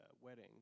wedding